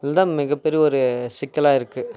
இதில்தான் மிகப் பெரிய ஒரு சிக்கலாக இருக்குது